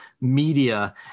media